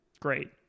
Great